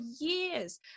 years